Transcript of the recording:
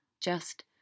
Just